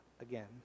again